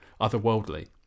otherworldly